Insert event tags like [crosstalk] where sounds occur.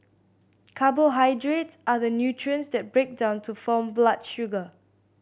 carbohydrates are the nutrients that break down to form blood [unintelligible] sugar